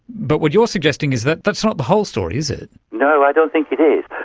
but what you're suggesting is that that's not the whole story, is it. no, i don't think it is.